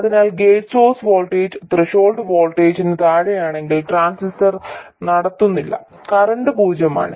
അതിനാൽ gate source voltage threshold വോൾട്ടേജിന് താഴെയാണെങ്കിൽ ട്രാൻസിസ്റ്റർ നടത്തുന്നില്ല കറന്റ് പൂജ്യമാണ്